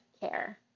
care